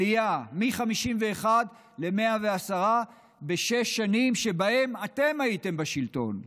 עלייה מ-51 ל-110 בשש שנים שבהן אתם הייתם בשלטון.